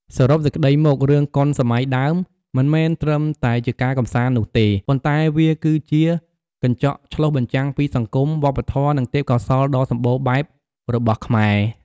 សរុបសេចក្ដីមក រឿងកុនសម័យដើមមិនមែនត្រឹមតែជាការកម្សាន្តនោះទេ ប៉ុន្តែវាគឺជា កញ្ចក់ឆ្លុះបញ្ចាំងពីសង្គម វប្បធម៌ និងទេពកោសល្យដ៏សម្បូរបែបរបស់ខ្មែរ។